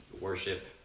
worship